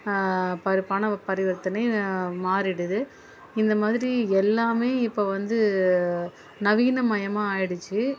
பரி பண பரிவர்த்தனை மாறிடுது இந்தமாதிரி எல்லாமே இப்போ வந்து நவீனமயமாக ஆயிடுச்சு